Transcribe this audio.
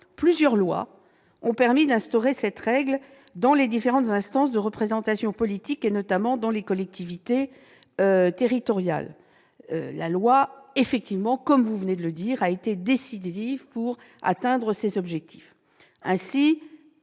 plusieurs lois ont permis d'instaurer cette règle dans les différentes instances de représentation politique, notamment dans les collectivités territoriales. La loi, comme vous l'avez dit, a été décisive pour atteindre ces objectifs.